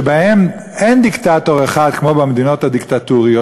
שבה אין דיקטטור אחד כמו במדינות הדיקטטוריות,